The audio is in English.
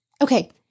Okay